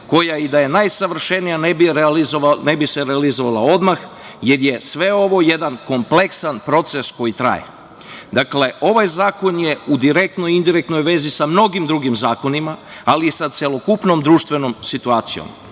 ne bi je realizovao, ne bi se realizovala odmah, jer je sve ovo jedan kompleksan proces koji traje. Dakle, ovaj zakon je u direktnoj i indirektnoj vezi sa mnogim drugim zakonima, ali sa celokupnom društvenom situacijom.